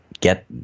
get